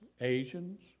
Asians